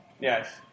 Yes